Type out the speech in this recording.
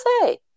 say